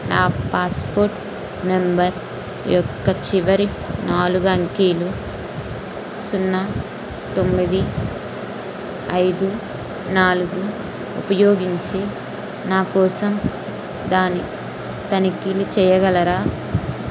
నా passport number యొక్క చివరి నాలుగు అంకెలు సున్నా తొమ్మిది ఐదు నాలుగు ఉపయోగించి నాకోసం దాని తనిఖీలు చేయగలరా